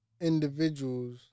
individuals